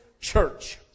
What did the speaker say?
church